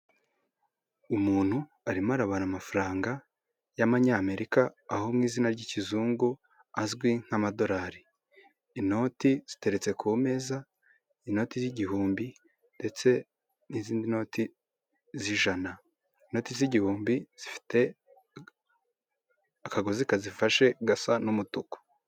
Umuntu arimo arabara amafaranga y'abanyamerika aho mu izina ry'ikizungu azwi nk'amadorari, inoti ziteretse ku meza, inoti z'igihumbi ndetse n'izindi noti zi'ijana, inoti z'igihumbi zifite akagozi kazifashe gasa n'umutuku.